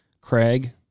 Craig